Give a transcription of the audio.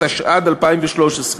התשע"ד 2013,